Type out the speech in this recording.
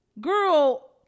Girl